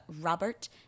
Robert